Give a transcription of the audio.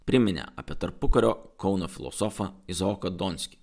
priminė apie tarpukario kauno filosofą izaoką donskį